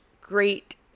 great